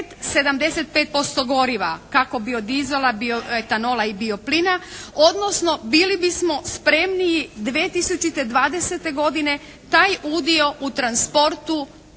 5,75% goriva kako biodizela, bioetanola i bioplina, odnosno bili bismo spremniji 2020. godine taj udio u transportu